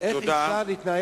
תודה,